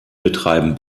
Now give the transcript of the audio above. betreiben